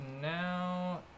now